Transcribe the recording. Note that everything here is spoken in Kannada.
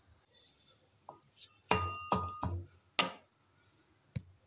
ನ್ಯಾಯಯುತ ವ್ಯಾಪಾರ ಅನ್ಯಾಯ ಅಂತ ಹೇಳ್ತಾರ ಯಾಕಂದ್ರ ಕಡಿಮಿ ಸಂಖ್ಯೆಯ ರೈತರಿಗೆ ಮಾತ್ರ ಹೆಚ್ಚಿನ ಸರಕುಗಳಿಗೆ ಸ್ಥಿರ ಬೆಲೆ ನೇಡತದ